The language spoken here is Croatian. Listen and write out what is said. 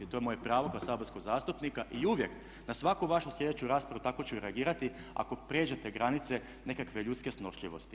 To je moje pravo kao saborskog zastupnika i uvijek na svaku vašu slijedeću raspravu tako ću i reagirati ako pređete granice nekakve ljudske snošljivosti.